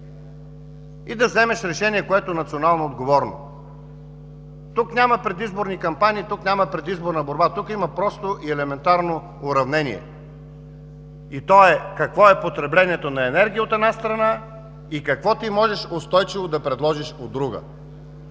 и да вземеш решение, което е национално отговорно. Тук няма предизборни кампании, тук няма предизборна борба. Тук просто има елементарно уравнение. То е: какво е потреблението на енергия, от една страна, какво ти можеш устойчиво да предложиш, от друга.